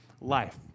life